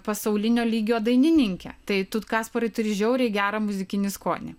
pasaulinio lygio dainininkė tai tu kasparui turi žiauriai gerą muzikinį skonį